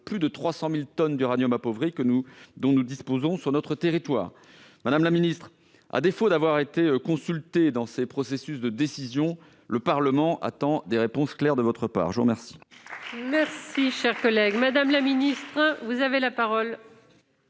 plus de 300 000 tonnes d'uranium appauvri dont nous disposons sur notre territoire ? Madame la ministre, à défaut d'avoir été consulté dans ces processus de décision, le Parlement attend des réponses claires de votre part. La parole est à Mme la ministre déléguée.